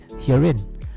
herein